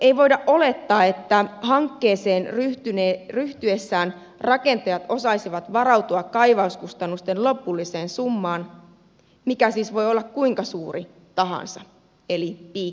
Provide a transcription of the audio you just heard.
ei voida olettaa että hankkeeseen ryhtyessään rakentajat osaisivat varautua kaivauskustannusten lopulliseen summaan mikä siis voi olla kuinka suuri tahansa eli piikki auki